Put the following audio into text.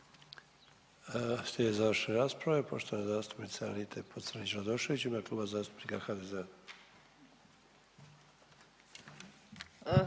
Hvala